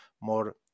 more